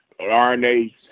RNA